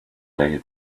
day